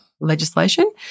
legislation